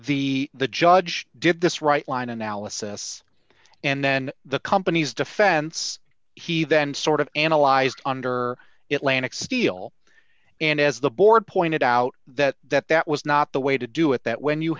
v the judge did this right line analysis and then the companies defense he then sort of analyzed under it landed steele and as the board pointed out that that that was not the way to do it that when you